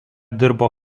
dirbo